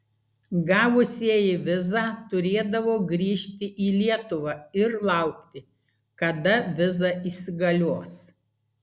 gavusieji vizą turėdavo grįžti į lietuvą ir laukti kada viza įsigalios